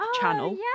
channel